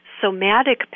somatic